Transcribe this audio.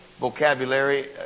vocabulary